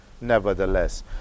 nevertheless